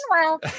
Meanwhile